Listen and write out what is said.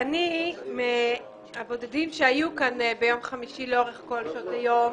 אני מהבודדים שהיו כאן ביום חמישי לאורך כל שעות היום.